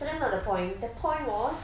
so that's not the point the point was